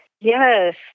Yes